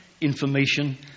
information